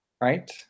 right